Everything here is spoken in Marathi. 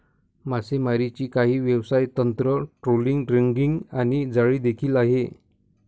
मासेमारीची काही व्यवसाय तंत्र, ट्रोलिंग, ड्रॅगिंग आणि जाळी देखील आहे